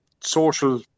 social